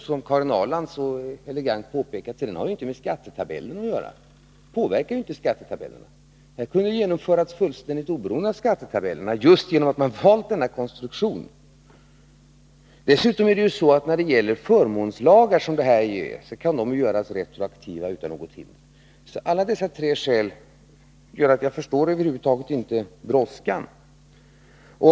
Som Karin Ahrland så elegant påpekade påverkar skattereduktionen inte skattetabellen. Den skulle ha kunnat genomföras fullständigt oberoende av skattetabellerna just på grund av sin konstruktion. Dessutom kan förmånslagar — och detta är en förmånslag — göras retroaktiva. Av dessa tre skäl förstår jag inte brådskan.